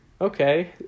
okay